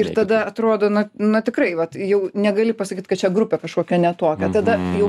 ir tada atrodo na na tikrai vat jau negali pasakyt kad čia grupė kažkokia ne tokia tada jau